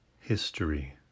History